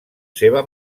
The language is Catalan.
seva